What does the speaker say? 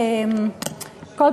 תודה רבה,